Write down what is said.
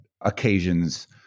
occasions